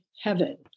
heaven